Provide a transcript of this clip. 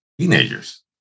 teenagers